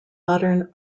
modern